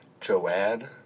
Joad